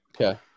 Okay